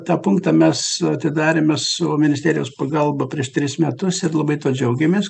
tą punktą mes atidarėme su ministerijos pagalba prieš tris metus ir labai tuo džiaugiamės